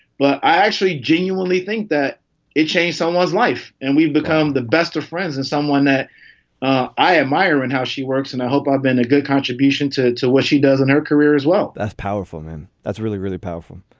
but i actually genuinely think that it change someone's life. and we've become the best of friends and someone that i admire and how she works. and i hope i've been a good contribution to to what she does in her career as well that's powerful, man. that's really, really powerful.